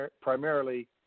primarily